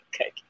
Okay